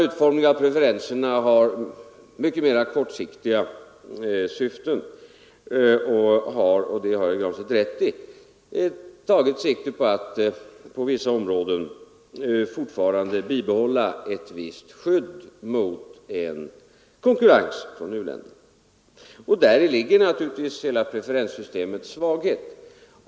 Utformningen av preferenserna har mycket mer kortsiktiga syften, och den har — det har herr Granstedt rätt i — tagit sikte på att på vissa områden bibehålla ett visst skydd mot en konkurrens från u-länderna. Däri ligger naturligtvis hela preferenssystemets svaghet.